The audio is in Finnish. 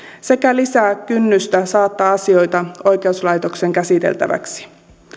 sekä lisää kynnystä saattaa asioita oikeuslaitoksen käsiteltäväksi